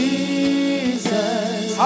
Jesus